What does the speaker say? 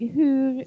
hur